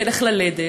תלך ללדת,